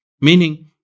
meaning